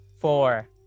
four